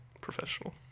Professional